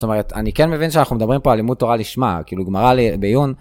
זאת אומרת, אני כן מבין שאנחנו מדברים פה על לימוד תורה לשמה, כאילו גמרה בעיון.